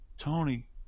Tony